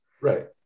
Right